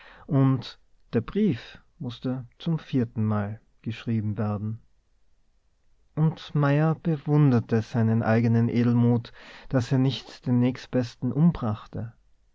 und der brief mußte zum viertenmal geschrieben werden und mayer bewunderte seinen eigenen edelmut daß er nicht den nächstbesten umbrachte